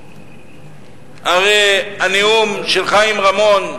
הרי הנאום של חיים רמון,